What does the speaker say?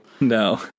No